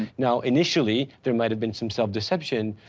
now initially, there might have been some self deception.